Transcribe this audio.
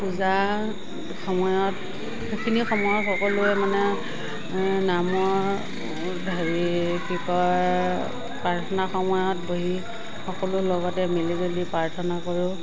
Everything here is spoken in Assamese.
পূজা সময়ত সেইখিনি সময়ত সকলোৱে মানে নামৰ হেৰি কি কয় প্ৰাৰ্থনা সময়ত বহি সকলো লগতে মিলি জুলি প্ৰৰ্থনা কৰোঁ